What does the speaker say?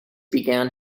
began